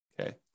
Okay